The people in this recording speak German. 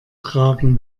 tragen